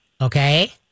okay